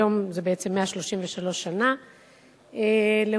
היום זה בעצם 133 שנה להולדתו.